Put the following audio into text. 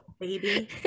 baby